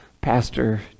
Pastor